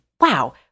wow